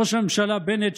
ראש הממשלה בנט,